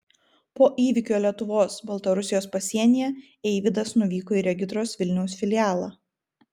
po įvykio lietuvos baltarusijos pasienyje eivydas nuvyko į regitros vilniaus filialą